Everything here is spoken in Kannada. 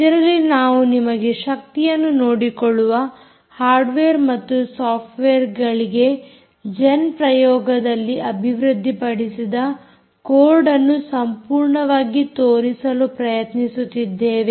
ಇದರಲ್ಲಿ ನಾವು ನಿಮಗೆ ಶಕ್ತಿಯನ್ನು ನೋಡಿಕೊಳ್ಳುವ ಹಾರ್ಡ್ವೇರ್ ಮತ್ತು ಸಾಫ್ಟ್ವೇರ್ಗಳಿಗೆ ಜೆನ್ ಪ್ರಯೋಗಾಲಯದಲ್ಲಿ ಅಭಿವೃದ್ದಿ ಪಡಿಸಿದ ಕೋಡ್ ಅನ್ನು ಸಂಪೂರ್ಣವಾಗಿ ತೋರಿಸಲು ಪ್ರಯತ್ನಿಸುತ್ತಿದ್ದೇವೆ